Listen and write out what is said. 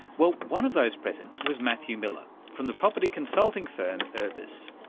well, one of those present was matthew miller from the property consulting firm urbis.